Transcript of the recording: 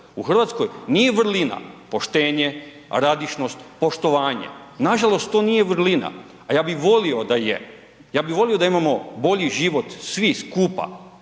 RH, u RH nije vrlina poštenje, radišnost, poštovanje, nažalost to nije vrlina, a ja bi volio da je, ja bi volio da imamo bolji život svi skupa